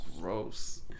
Gross